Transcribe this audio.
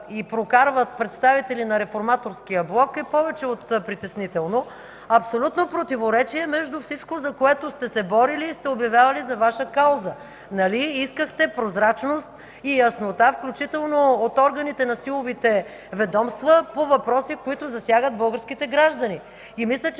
го прокарват представители на Реформаторския блок, е повече от притеснително – абсолютно противоречие между всичко, за което сте се борили и сте обявявали за Ваша кауза. Нали искахте прозрачност и яснота, включително от органите на силовите ведомства, по въпроси, които засягат българските граждани? И мисля, че